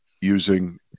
using